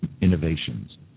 innovations